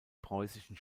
preußischen